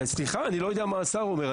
אני לא יודע מה השר אומר.